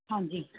ਹਾਂਜੀ